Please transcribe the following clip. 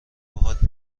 باهات